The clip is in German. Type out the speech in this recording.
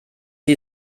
sie